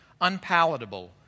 unpalatable